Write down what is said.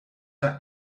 are